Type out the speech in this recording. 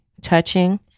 touching